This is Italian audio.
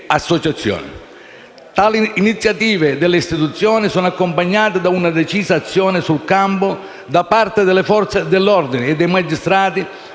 Tali iniziative delle istituzioni sono accompagnate da una decisa azione sul campo da parte delle Forze dell'ordine e dei magistrati,